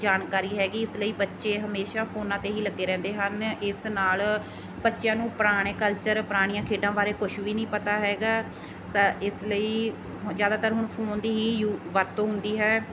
ਜਾਣਕਾਰੀ ਹੈਗੀ ਇਸ ਲਈ ਬੱਚੇ ਹਮੇਸ਼ਾ ਫੋਨਾਂ 'ਤੇ ਹੀ ਲੱਗੇ ਰਹਿੰਦੇ ਹਨ ਇਸ ਨਾਲ ਬੱਚਿਆਂ ਨੂੰ ਪੁਰਾਣੇ ਕਲਚਰ ਪੁਰਾਣੀਆਂ ਖੇਡਾਂ ਬਾਰੇ ਕੁਛ ਵੀ ਨਹੀਂ ਪਤਾ ਹੈਗਾ ਤਾਂ ਇਸ ਲਈ ਜ਼ਿਆਦਾਤਰ ਹੁਣ ਫੂਨ ਦੀ ਹੀ ਯੁ ਵਰਤੋਂ ਹੁੰਦੀ ਹੈ